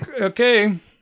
okay